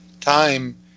time